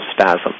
spasm